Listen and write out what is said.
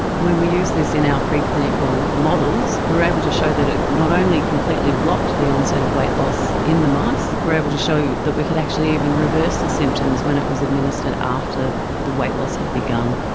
and when we use this in our preclinical models we were able to show that it not only completely blocked the onset of weight loss in the mice, we were able to show that we could actually even reverse the symptoms when it was administered after the weight loss had begun.